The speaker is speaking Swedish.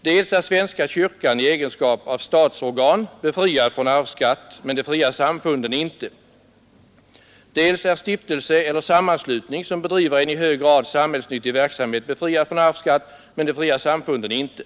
Dels är svenska kyrkan i egenskap av statsorgan befriad från arvsskatt men de fria samfunden inte, dels är stiftelse eller sammanslut ning som bedriver en i hög grad samhällsnyttig verksamhet befriad från arvsskatt men de fria samfunden inte!